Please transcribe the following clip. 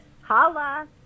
Holla